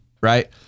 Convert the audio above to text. Right